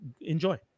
enjoy